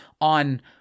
on